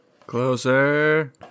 closer